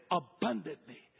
abundantly